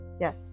yes